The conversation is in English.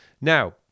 Now